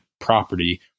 property